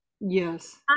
Yes